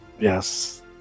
Yes